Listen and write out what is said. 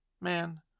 Man